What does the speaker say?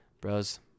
Bros